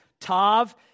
Tav